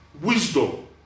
Wisdom